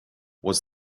was